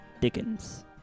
Dickens